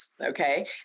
Okay